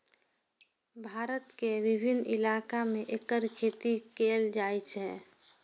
भारत के विभिन्न इलाका मे एकर खेती कैल जाइ छै